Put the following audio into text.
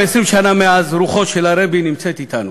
יודע, בחיים יש דה פקטו ודה יורה.